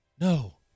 No